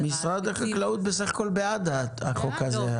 --- משרד החקלאות בסך הכל בעד החוק הזה,